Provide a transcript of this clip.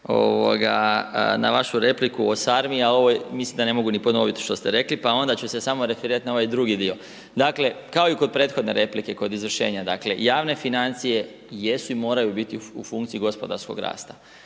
na vašu repliku o sarmi, ali ovo je mislim da ne mogu ni ponoviti što ste rekli, pa onda ću se samo referirati na ovaj drugi dio. Dakle, kao i kod prethodne replike, kod izvršenja, dakle, javne financije jesu i moraju biti u funkciji gospodarskog rasta.